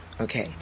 Okay